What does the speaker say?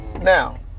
now